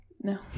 no